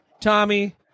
Tommy